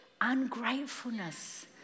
Ungratefulness